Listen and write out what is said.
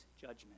judgment